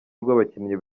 rw’abakinnyi